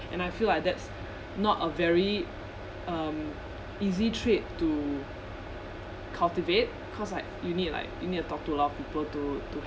and I feel like that's not a very um easy trait to cultivate cause like you need like you need to talk to a lot of people to to